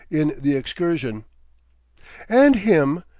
in the excursion and him,